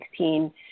2016